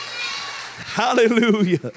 Hallelujah